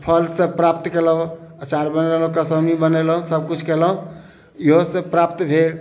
फल सभ प्राप्त कयलहुँ अचार बनेलहुँ कसौनी बनेलहुँ सभकिछु कयलहुँ इहो सभ प्राप्त भेल